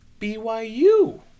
BYU